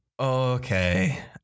Okay